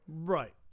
Right